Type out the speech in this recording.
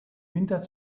winter